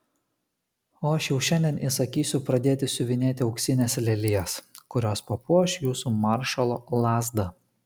o aš jau šiandien įsakysiu pradėti siuvinėti auksines lelijas kurios papuoš jūsų maršalo lazdą